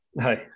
Hi